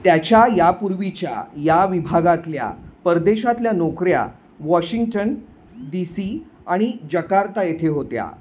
त्याच्या यापूर्वीच्या या विभागातल्या परदेशातल्या नोकऱ्या वॉशिंग्टन डी सी आणि जकार्ता येथे होत्या